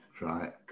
right